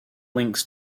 links